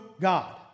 God